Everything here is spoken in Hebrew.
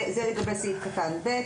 סעיף קטן (ב).